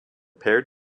paired